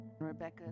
Rebecca